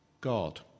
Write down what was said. God